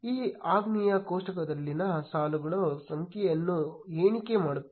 ಈ ಆಜ್ಞೆಯು ಕೋಷ್ಟಕದಲ್ಲಿನ ಸಾಲುಗಳ ಸಂಖ್ಯೆಯನ್ನು ಎಣಿಕೆ ಮಾಡುತ್ತದೆ